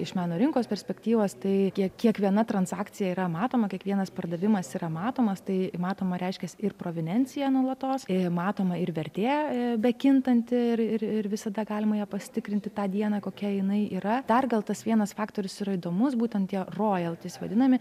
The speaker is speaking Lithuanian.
iš meno rinkos perspektyvos tai kiek kiekviena transakcija yra matoma kiekvienas pardavimas yra matomas tai matoma reiškias ir provinencija nuolatos ė matoma ir vertė bekintanti ir ir visada galima ją pasitikrinti tą dieną kokia jinai yra dar gal tas vienas faktorius yra įdomus būtent tie rojantys vadinami